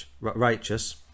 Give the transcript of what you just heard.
righteous